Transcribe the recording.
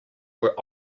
were